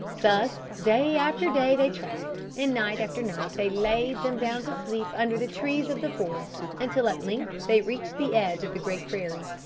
thus day after day they travelled, and night after night they laid them down to sleep under the trees of the forest, until at length they reached the edge of the great prairie.